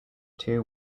two